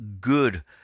good